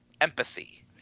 empathy